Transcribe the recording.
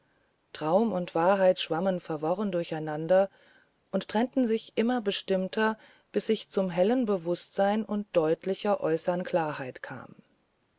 traum und wahrheit schwammen verworren durch einander und trennten sich immer bestimmter bis ich zum hellen bewußtsein und deutlicher äußern klarheit kam